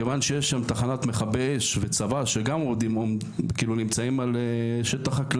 כשאנחנו באים עם מספר, גם אם זה לא 4-5,